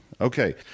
Okay